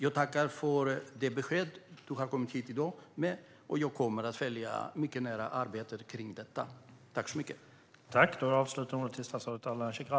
Jag tackar dig för det besked du har kommit hit med i dag, och jag kommer att mycket nära följa arbetet med detta.